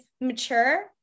mature